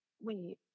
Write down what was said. wait